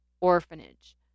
orphanage